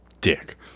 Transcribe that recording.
dick